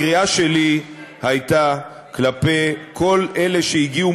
הקריאה שלי הייתה כלפי כל אלה שהגיעו